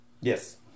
Yes